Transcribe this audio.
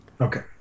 Okay